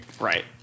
Right